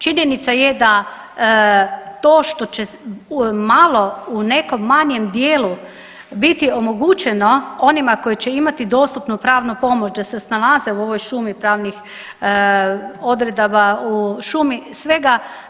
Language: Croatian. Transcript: Činjenica je da to što će malo u nekom manjem dijelu biti omogućeno onima koji će imati dostupnu pravnu pomoć da se snalaze u ovoj šumi pravnih odredaba, u šumi svega.